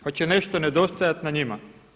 Hoće li nešto nedostajati na njima?